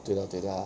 对啦对啦